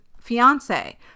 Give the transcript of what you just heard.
fiance